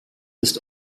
ist